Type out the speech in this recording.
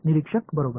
निरीक्षक बरोबर